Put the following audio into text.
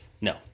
no